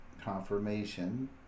confirmation